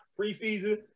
preseason